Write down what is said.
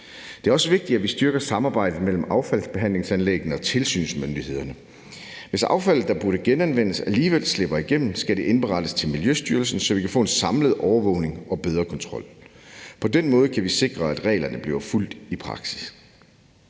Det er også vigtigt, at vi styrker samarbejdet mellem affaldsbehandlingsanlæggene og tilsynsmyndighederne. Hvis affald, der burde genanvendes, alligevel slipper igennem, skal det indberettes til Miljøstyrelsen, så vi kan få en samlet overvågning og bedre kontrol. På den måde kan vi sikre, at reglerne bliver fulgt i praksis.